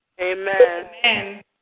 Amen